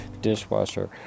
dishwasher